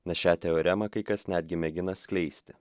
nes šią teoremą kai kas netgi mėgina skleisti